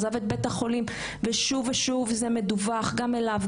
עזב את בית החולים ושוב ושוב זה מדווח גם אליו,